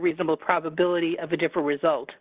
reasonable probability of a different result